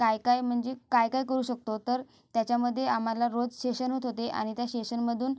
काय काय म्हणजे काय काय करू शकतो तर त्याच्यामध्ये आम्हाला रोज सेशन होत होते आणि त्या शेशनमधून